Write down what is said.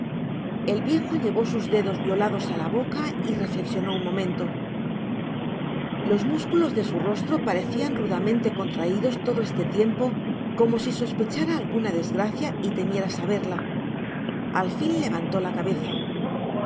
el viejo llevó sus dedos violados á la boca y reflecsionó un momento los músculos de su rostro parecian rudamente contraidos todo este tiempo como si sospechára alguna desgracia y temiera saberla al fin levantó la cabeza